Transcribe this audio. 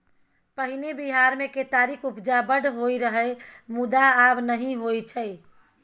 पहिने बिहार मे केतारीक उपजा बड़ होइ रहय मुदा आब नहि होइ छै